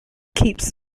keeps